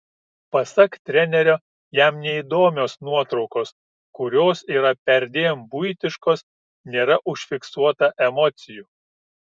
pasak trenerio jam neįdomios nuotraukos kurios yra perdėm buitiškos nėra užfiksuota emocijų